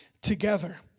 together